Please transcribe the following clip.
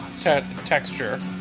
texture